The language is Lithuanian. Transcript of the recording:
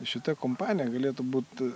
šita kompanija galėtų būt